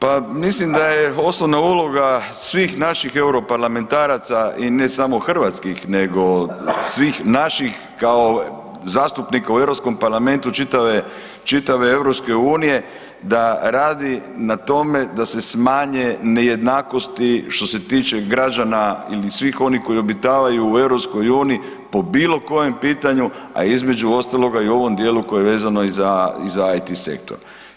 Pa mislim da je osnovna uloga svih naših europarlamentaraca i ne samo hrvatskih, nego svih naših kao zastupnika u Europskom parlamentu čitave Europske unije da radi na tome da se smanje nejednakosti što se tiče građana i svih onih koji obitavaju u Europskoj uniji po bilo kojem pitanju, a između ostaloga i ovom dijelu koji je vezan i za IT sektor.